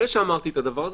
אחרי שאמרתי את הדבר הזה,